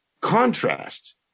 contrast